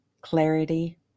clarity